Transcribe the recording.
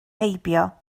heibio